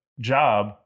job